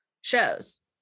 shows